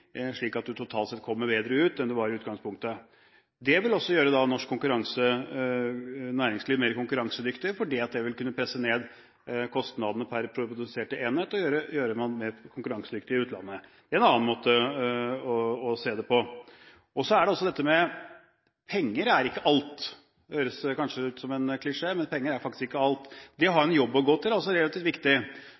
slik at du totalt sett kommer bedre ut enn du var i utgangspunktet. Det vil også gjøre norsk næringsliv mer konkurransedyktig, for det vil kunne presse ned kostnadene per produsert enhet og gjøre at en blir mer konkurransedyktig i utlandet. Det er en annen måte å se det på. Så er det dette med at penger ikke er alt. Det høres kanskje ut som en klisjé, men penger er faktisk ikke alt. Det å ha en jobb å gå til er også relativt viktig,